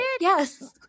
yes